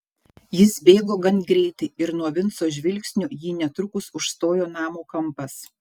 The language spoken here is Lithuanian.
jis bėgo gan greitai ir nuo vinco žvilgsnio jį netrukus užstojo namo kampas